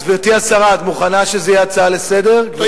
אז גברתי השרה, את מוכנה שזה יהיה הצעה לסדר-היום?